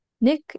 Nick